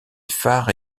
phares